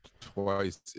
twice